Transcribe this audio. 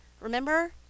Remember